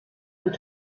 und